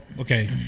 okay